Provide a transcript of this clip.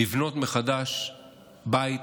לבנות מחדש בית,